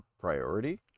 priority